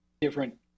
different